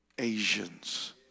Asians